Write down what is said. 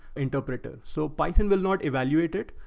interpreter. so python will not evaluate it,